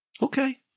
Okay